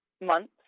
months